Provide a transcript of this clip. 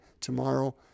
tomorrow